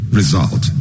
result